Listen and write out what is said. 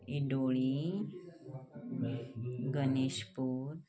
Idoli Ganeshpur